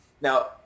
Now